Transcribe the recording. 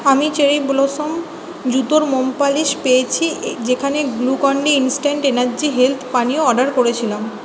আমি cherry blossom জুতোর মোম পালিশ পেয়েছি এ যেখানে Glucon D instant energy health পানীয় অর্ডার করেছিলাম